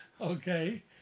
Okay